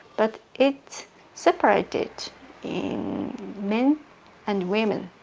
but it's separated in men and women,